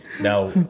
Now